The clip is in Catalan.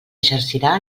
exercirà